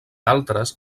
altres